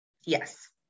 Yes